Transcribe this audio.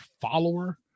follower